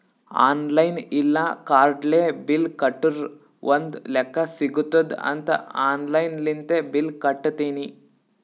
online ಇಲ್ಲ ಕಾರ್ಡ್ಲೆ bill ಕಟ್ಟುರ್ ಒಂದ್ ಲೆಕ್ಕಾ ಸಿಗತ್ತುದ್ ಅಂತ್ ಆನ್ಲೈನ್ ಲಿಂತೆ ಬಿಲ್ ಕಟ್ಟತ್ತಿನಿ